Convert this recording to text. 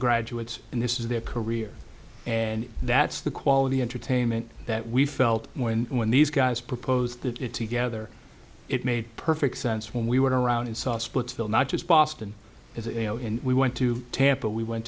graduates and this is their career and that's the quality entertainment that we felt when when these guys proposed it together it made perfect sense when we went around and saw splitsville not just boston as we went to tampa we went